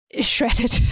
Shredded